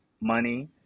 money